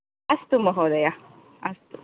अस्तु महोदयः अस्तु